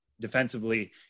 defensively